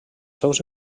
seus